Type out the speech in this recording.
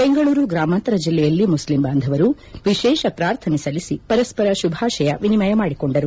ಬೆಂಗಳೂರು ಗ್ರಾಮಾಂತರ ಜಿಲ್ಲೆಯಲ್ಲಿ ಮುಸ್ಲಿಂ ಬಾಂಧವರು ವಿಶೇಷ ಪ್ರಾರ್ಥನೆ ಸಲ್ಲಿಸಿ ಪರಸ್ವರ ಶುಭಾಶಯ ವಿನಿಮಯ ಮಾಡಿಕೊಂಡರು